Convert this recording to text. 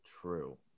true